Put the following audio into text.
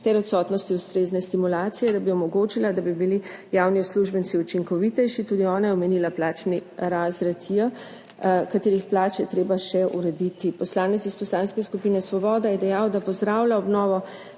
ter odsotnosti ustrezne stimulacije, da bi omogočila, da bi bili javni uslužbenci učinkovitejši. Tudi ona je omenila plačni razred J, katerih plače je treba še urediti. Poslanec iz Poslanske skupine Svoboda je dejal, da pozdravlja obnovo